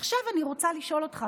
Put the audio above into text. ועכשיו אני רוצה לשאול אותך,